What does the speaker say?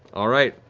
all right.